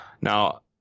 Now